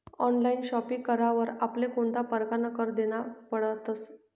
Online shopping करावर आमले कोणता परकारना कर देना पडतस?